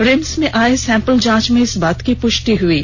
RIMS में आये sample जांच में इस बात की पुष्टि हुई है